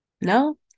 No